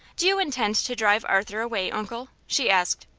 do you intend to drive arthur away, uncle? she asked.